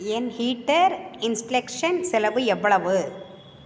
என் heater installation செலவு எவ்வளவு